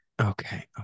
Okay